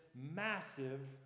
massive